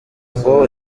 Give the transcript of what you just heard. ngo